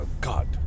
God